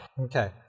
Okay